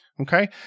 Okay